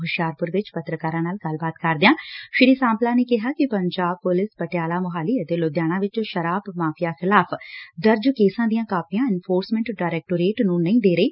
ਹੁਸ਼ਿਆਰਪੁਰ ਚ ਪੱਤਰਕਾਰਾਂ ਨਾਲ ਗੱਲਬਾਤ ਕਰਦਿਆਂ ਸ੍ਰੀ ਸਾਂਪਲਾ ਨੇ ਕਿਹਾ ਕਿ ਪੰਜਾਬ ਪੁਲਿਸ ਪਟਿਆਲਾ ਮੋਹਾਲੀ ਅਤੇ ਲੁਧਿਆਣਾ ਚ ਸ਼ਰਾਬ ਮਾਫੀਆ ਖਿਲਾਫ਼ ਦਰਜ ਕੇਸਾਂ ਦੀਆ ਕਾਪੀਆਂ ਐਨਫੋਰਸਮੈਂਟ ਡਾਇਰੈਕਟੋਰੇਟ ਨੂੰ ਨਹੀਂ ਦੇ ਰਹੀ